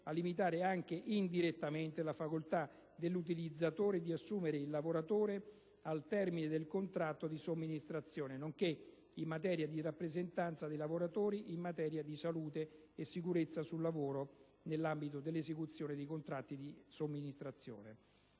a limitare, anche indirettamente, la facoltà dell'utilizzatore di assumere il lavoratore al termine del contratto di somministrazione, nonché in materia di rappresentanza dei lavoratori circa la salute e la sicurezza sul lavoro nell'ambito dell'esecuzione dei contratti di somministrazione.